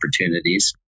opportunities